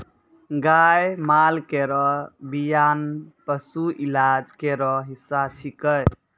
गाय माल केरो बियान पशु इलाज केरो हिस्सा छिकै